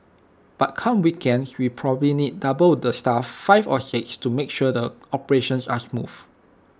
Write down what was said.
but come weekends we probably need double the staff five or six to make sure the operations are smooth